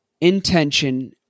intention